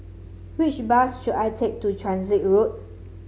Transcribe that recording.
which bus should I take to Transit Road